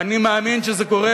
אני מאמין שזה קורה,